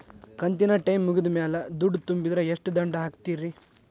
ಕಂತಿನ ಟೈಮ್ ಮುಗಿದ ಮ್ಯಾಲ್ ದುಡ್ಡು ತುಂಬಿದ್ರ, ಎಷ್ಟ ದಂಡ ಹಾಕ್ತೇರಿ?